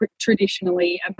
traditionally